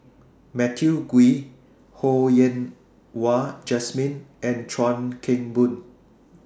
Matthew Ngui Ho Yen Wah Jesmine and Chuan Keng Boon